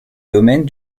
domaine